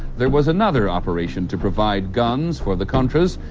there was another operation to provide guns for the contras,